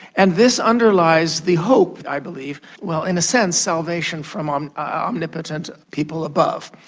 and this underlies the hope, i believe, well, in a sense, salvation from um omnipotent people above,